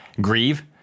grieve